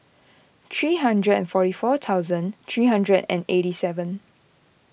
three hundred and forty four thousand three hundred and eighty seven